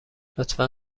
لطفا